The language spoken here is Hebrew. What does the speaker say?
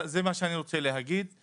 זה מה שאני רוצה להגיד,